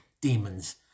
demons